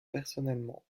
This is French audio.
personnellement